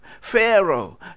Pharaoh